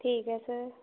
ਠੀਕ ਹੈ ਸਰ